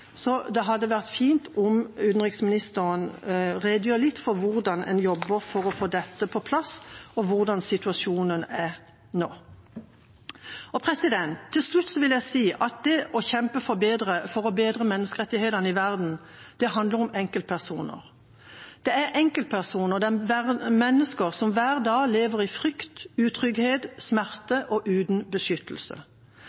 så det hadde vært fint om utenriksministeren redegjorde litt for hvordan man jobber for å få dette på plass, og hvordan situasjonen er nå. Til slutt: Det å kjempe for å bedre menneskerettighetssituasjonen i verden handler om enkeltpersoner. Det er enkeltpersoner, det er mennesker som hver dag lever i frykt, utrygghet, smerte